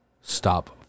Stop